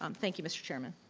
um thank you mr. chairman.